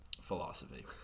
philosophy